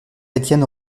étienne